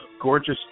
gorgeous